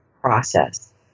process